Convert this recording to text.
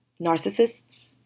narcissists